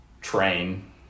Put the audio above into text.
train